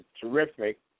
terrific